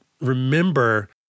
remember